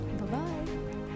Bye-bye